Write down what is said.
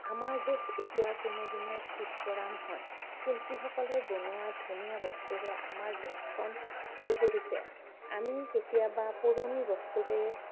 আমাৰ দেশ এতিয়া কোনোগুণে পিছপৰা নহয় শিল্পীসকলে বনোৱা ধুনীয়া বস্তুৰে আমাৰ দেশখন ভৰি পৰিছে আমি কেতিয়াবা পুৰণি বস্তুৰে